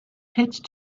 pitched